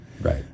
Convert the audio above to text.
Right